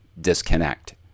disconnect